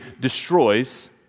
destroys